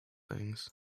things